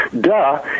Duh